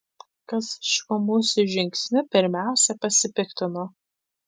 kas šiuo mūsų žingsniu pirmiausia pasipiktino